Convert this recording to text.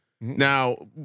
now